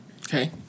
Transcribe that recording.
Okay